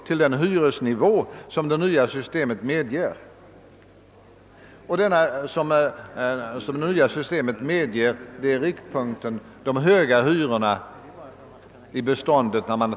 Riktpunkten i det nya systemet är de höga hyror, som blir kvar i beståndet efter det att »lyxhyrorna» avskaffats. Herr talman!